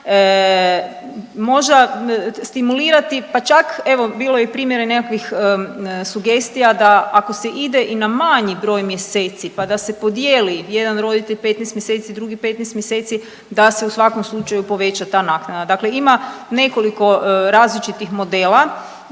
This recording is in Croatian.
Možda stimulirati, pa čak evo bilo je i primjera i nekakvih sugestija da ako se ide i na manji broj mjeseci, pa da se podijeli jedan roditelj 15 mjeseci, drugi 15 mjeseci, da se u svakom slučaju poveća ta naknada. Dakle, ima nekoliko različitih modela